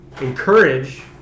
encourage